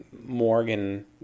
Morgan